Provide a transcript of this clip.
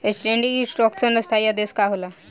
Standing instruction स्थाई आदेश का होला?